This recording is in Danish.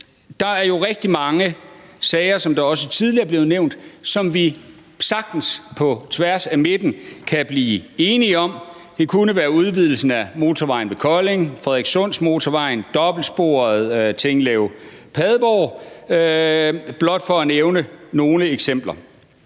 er blevet nævnt, som vi sagtens på tværs af midten kan blive enige om. Det kunne være udvidelsen af motorvejen ved Kolding, Frederikssundsmotorvejen eller dobbeltsporet Tinglev-Padborg, blot for at nævne nogle eksempler.